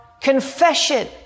confession